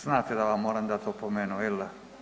Znate da vam moram dati opomenu, jel da?